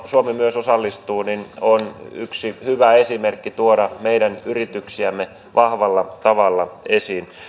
suomi myös osallistuu on yksi hyvä esimerkki tuoda meidän yrityksiämme vahvalla tavalla esiin